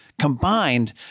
Combined